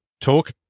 talk